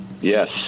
Yes